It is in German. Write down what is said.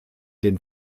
den